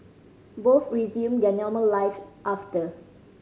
both resumed their normal live after